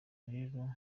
rero